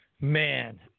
man